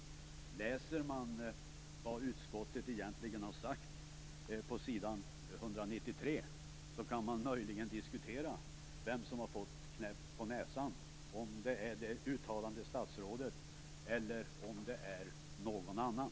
Läser man på s. 193 vad utskottet egentligen har sagt kan man möjligen diskutera vem som har fått en knäpp på näsan: om det är det uttalande statsrådet eller om det är någon annan.